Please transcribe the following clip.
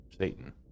Satan